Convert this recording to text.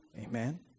Amen